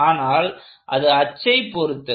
ஆனால் அது அச்சை பொருத்தது